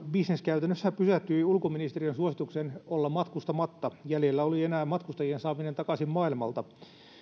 bisnes käytännössä pysähtyi ulkoministeriön suositukseen olla matkustamatta jäljellä oli enää matkustajien saaminen takaisin maailmalta